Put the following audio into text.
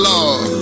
Lord